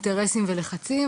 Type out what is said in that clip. אינטרסים ולחצים,